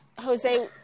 Jose